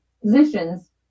positions